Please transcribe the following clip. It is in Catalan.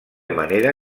manera